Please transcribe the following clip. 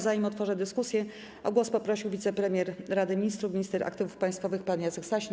Zanim otworzę dyskusję, o głos poprosił wicepremier Rady Ministrów, minister aktywów państwowych pan Jacek Sasin.